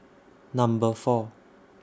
Number four